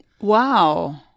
Wow